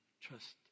Trust